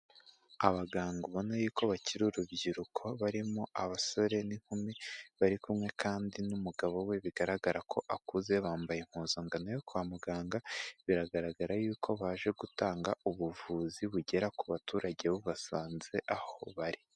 Abaganga ubona yuko bakiri urubyiruko, barimo abasore n'inkumi, bari kumwe kandi n'umugabo we bigaragara ko akuze, bambaye impuzankano yo kwa muganga, biragaragara yuko baje gutanga ubuvuzi bugera ku baturage bubasanze aho bari.